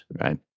right